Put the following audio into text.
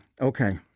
Okay